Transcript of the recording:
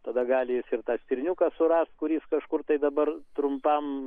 tada gali jis ir tą stirniuką surast kur jis kažkur tai dabar trumpam